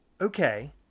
okay